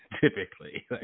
typically